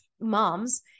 moms